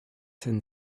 and